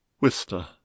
wister